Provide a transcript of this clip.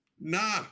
nah